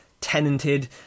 tenanted